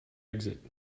exit